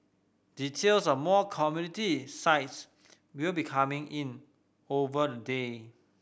details of more community sites will be coming in over the day